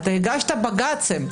הגשת בג"צים,